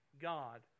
God